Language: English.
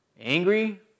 Angry